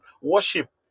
worship